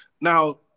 Now